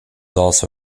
also